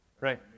Right